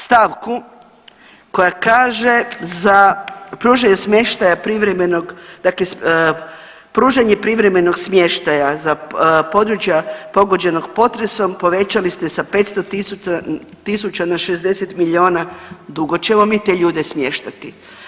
Stavku koja kaže za pružanje smještaja privremenog, dakle pružanje privremenog smještaja za područja pogođenog potresom povećali ste sa 500.000 na 60 miliona, dugo ćemo mi te ljude smještati.